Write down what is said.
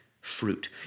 fruit